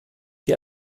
wir